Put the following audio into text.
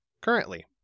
currently